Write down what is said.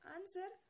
Answer